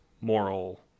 moral